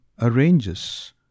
arranges